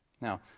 Now